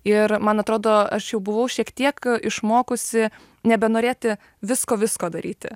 ir man atrodo aš jau buvau šiek tiek išmokusi nebenorėti visko visko daryti